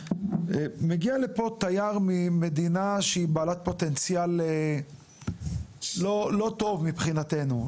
מגיע לפה תייר ממדינה שהיא בעלת פוטנציאל לא פה מבחינתנו,